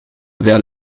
vers